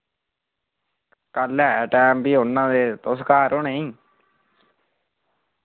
कल है टैम फ्ही औना ते तुस घर ओ नेईं